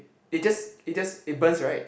it just it just it burns right